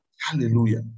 Hallelujah